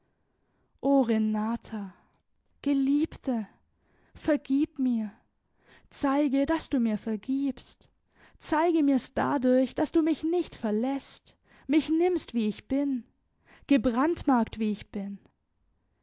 o renata geliebte vergib mir zeige daß du mir vergibst zeige mir's dadurch daß du mich nicht verläßt mich nimmst wie ich bin gebrandmarkt wie ich bin